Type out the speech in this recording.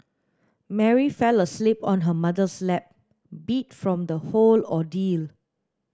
Mary fell asleep on her mother's lap beat from the whole ordeal